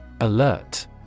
Alert